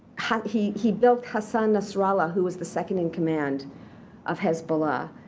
he he built hassan nasrallah who was the second in command of hezbollah.